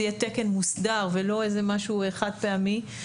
יהיה תקן מוסדר ולא איזה משהו אחד פעמי,